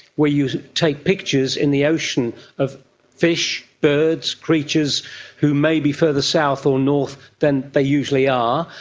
where you take pictures in the ocean of fish, birds, creatures who may be further south or north than they usually are,